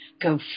go